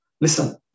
Listen